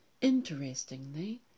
Interestingly